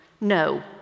No